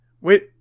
Wait